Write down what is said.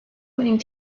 winning